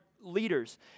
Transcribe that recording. leaders